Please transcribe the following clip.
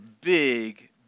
big